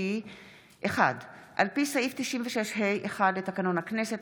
על פי סעיף 96(ה)(1) לתקנון הכנסת,